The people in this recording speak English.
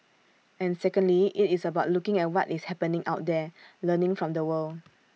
and secondly IT is about looking at what is happening out there learning from the world